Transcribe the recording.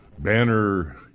Banner